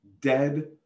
Dead